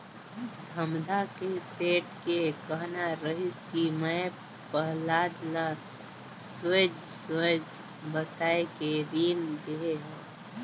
धमधा के सेठ के कहना रहिस कि मैं पहलाद ल सोएझ सोएझ बताये के रीन देहे हो